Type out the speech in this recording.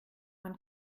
man